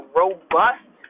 robust